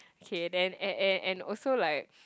okay then and and and also like